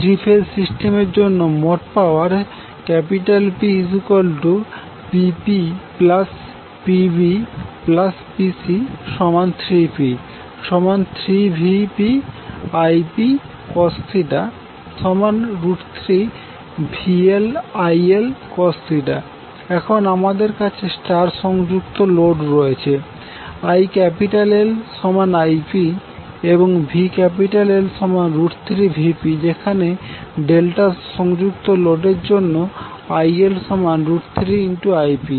three phase সিস্টেমের জন্য মোট পাওয়ার PPaPbPc3Pp3VpIpcos 3VLILcos এখন আমাদের কাছে স্টার সংযুক্ত লোড রয়েছে ILIpএবংVL3Vp যেখানে ডেল্টা সংযুক্ত লোডের জন্য IL3Ip এবং VLVp